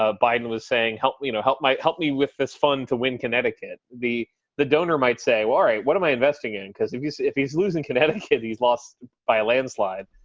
ah biden was saying, help me, you know help me, help me with this fund to win connecticut. the the donor might say, well, right. what am i investing in? because if he's if he's losing connecticut, he's lost by a landslide.